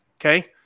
Okay